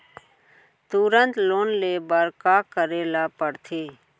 तुरंत लोन ले बर का करे ला पढ़थे?